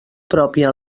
pròpia